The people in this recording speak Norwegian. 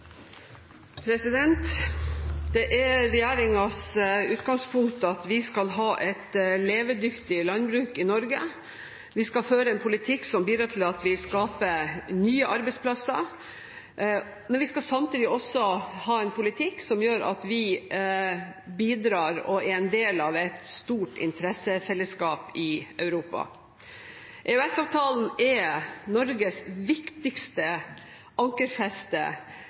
Det er regjeringens utgangspunkt at vi skal ha et levedyktig landbruk i Norge. Vi skal føre en politikk som bidrar til at vi skaper nye arbeidsplasser, men vi skal samtidig ha en politikk som gjør at vi bidrar i og er en del av et stort interessefellesskap i Europa. EØS-avtalen er Norges viktigste ankerfeste,